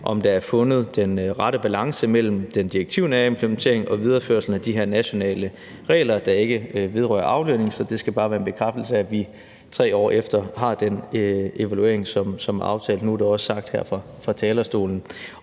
om der er blevet fundet den rette balance mellem den direktivnære implementering og videreførelsen af de her nationale regler, der ikke vedrører aflønning. Det er bare en bekræftelse af, at vi som aftalt vil få den her evaluering efter 3 år, og nu er det også sagt her fra talerstolen.